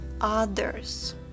others